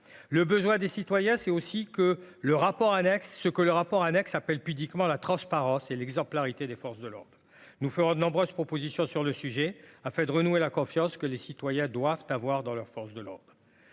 le besoin des citoyens, c'est aussi que le rapport annexe, ce que le rapport annexe appelle pudiquement la transparence et l'exemplarité des forces de l'ordre, nous ferons de nombreuses propositions sur le sujet a fait renouer la confiance que les citoyens doivent avoir dans leurs forces de l'ordre